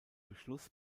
beschluss